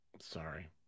Sorry